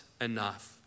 enough